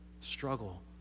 struggle